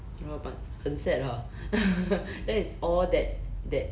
ya lor but 很 sad hor that is all that that